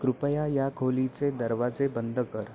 कृपया या खोलीचे दरवाजे बंद कर